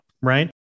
right